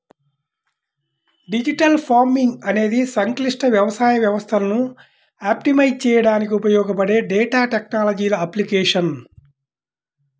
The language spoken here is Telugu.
డిజిటల్ ఫార్మింగ్ అనేది సంక్లిష్ట వ్యవసాయ వ్యవస్థలను ఆప్టిమైజ్ చేయడానికి ఉపయోగపడే డేటా టెక్నాలజీల అప్లికేషన్